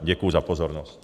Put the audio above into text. Děkuji za pozornost.